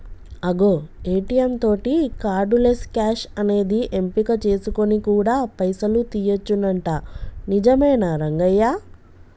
అగో ఏ.టీ.యం తోటి cardless cash అనేది ఎంపిక చేసుకొని కూడా పైసలు తీయొచ్చునంట నిజమేనా రంగయ్య